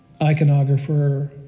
iconographer